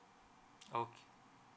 okay